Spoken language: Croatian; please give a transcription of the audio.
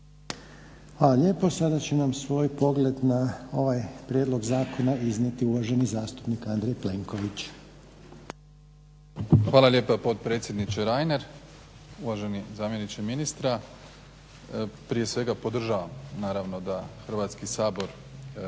Hvala lijepa. Sad će nam svoj pogled na ovaj prijedlog zakona iznijeti uvaženi zastupnik Andrej Plenković. **Plenković, Andrej (HDZ)** Hvala lijepa potpredsjedniče Reiner. Uvaženi zamjeniče ministra. Prije svega podržavam naravno da Hrvatski sabor